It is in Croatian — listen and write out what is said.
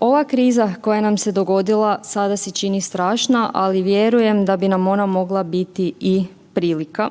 Ova kriza koja nam se dogodila sada se čini strašna, ali vjerujem da bi nam ona mogla biti i prilika,